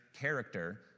character